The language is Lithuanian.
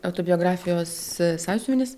autobiografijos sąsiuvinis